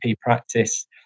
practice